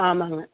ஆமாங்க